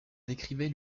décrivait